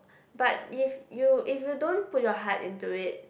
but if you if you don't put your heart into it